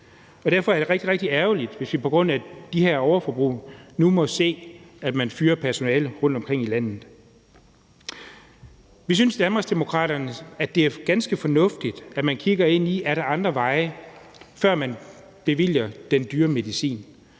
rigtig ærgerligt, hvis vi på grund af det her overforbrug må se, at man fyrer personale rundtomkring i landet. Vi synes i Danmarksdemokraterne, at det er ganske fornuftigt, at man kigger ind i, om der er andre veje, før man bevilger den dyre medicin.